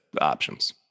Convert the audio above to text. options